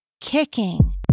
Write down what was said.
Kicking